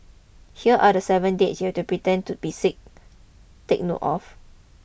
here are the seven dates you have to pretend to be sick take note of